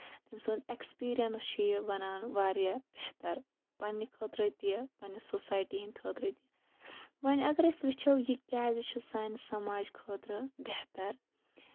تٔمۍ سُند اٮ۪کٔسپِرینٔس چھُ یہِ بَنان واریاہ بہتر پَنٕنہِ خٲطرٕ تہِ پَنٕنہِ سوسایٹی ہِندِ خٲطرٕ تہِ وۄنۍ اَگر أسۍ وٕچھو یہِ کیازِ چھُ سانہِ سَماج خٲطرٕ بہتر